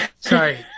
Sorry